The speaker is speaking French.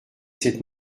cette